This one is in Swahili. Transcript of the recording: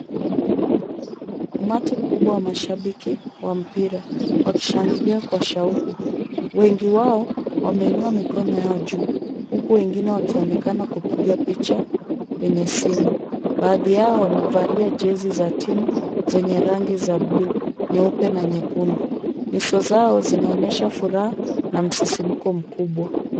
Umati mkubwa wa mashabiki wa mpira, wakishangilia kwa shauku wengi wao wameinua mikono yao juu, huku wengine wakionekana kupigiwa picha wenye simu .Baadhi yao wamevalia jezi za timu zenye rangi za buluu, nyeupe na nyekundu. Nyuso zao zinaonyesha furaha na msisimko mkubwa.